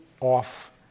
off